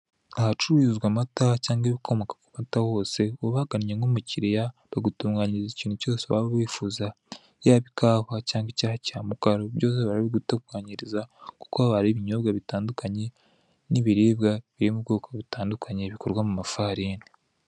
Ahacururizwa amata cyangwa ibikomoka ku mata hose, ubagannye nk'umukiriya, bagutunganyiriza ikintu icyo waba wifuza, yaba ikahwa cyangwa icyayi cya mukaru, byose barabigutunganyiriza, kuko haba hari ibinyobwa bitandukanye, n'ibiribwa biri mu bwoko butandukanye, bikorwa mu mafarini.